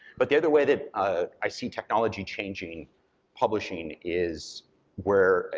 but the other way that ah i see technology changing publishing is where,